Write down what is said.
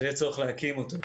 שיש צורך להקים אותו,